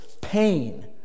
pain